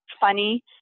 funny